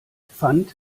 pfand